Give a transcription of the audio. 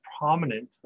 prominent